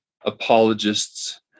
apologist's